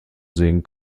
sehen